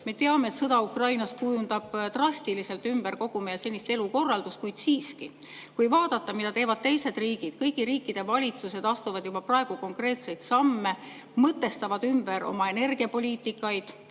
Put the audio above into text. Me teame, et sõda Ukrainas kujundab drastiliselt ümber kogu meie senist elukorraldust, kuid siiski, kui vaadata, mida teevad teised riigid, siis kõigi riikide valitsused astuvad juba praegu konkreetseid samme, mõtestavad ümber oma energiapoliitikat,